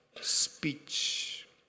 speech